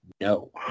No